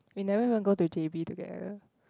we never even go to j_b together